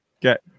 get